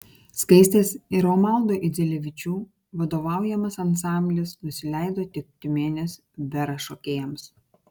skaistės ir romaldo idzelevičių vadovaujamas ansamblis nusileido tik tiumenės vera šokėjams